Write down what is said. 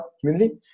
community